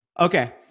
Okay